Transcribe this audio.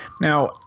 Now